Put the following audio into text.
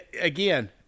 again